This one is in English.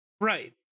right